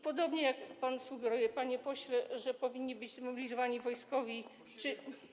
Podobnie jak pan sugeruje, panie pośle, że powinni być zmobilizowani wojskowi czy.